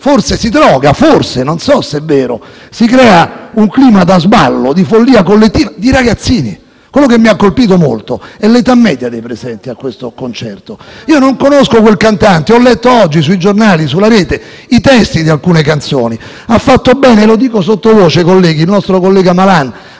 Forse si droga: «forse», non so se è vero. Si crea un clima da sballo, di follia collettiva di ragazzini. Quello che mi ha colpito molto è l'età media dei presenti a questo concerto. Non conosco quel cantante e ho letto oggi sui giornali e sulla Rete i testi di alcune canzoni. Ha fatto bene - lo dico sottovoce, colleghi - il nostro collega Malan